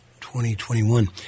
2021